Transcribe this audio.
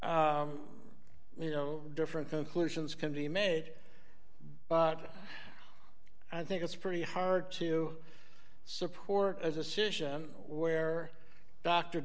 started you know different conclusions can be made but i think it's pretty hard to support as a situation where dr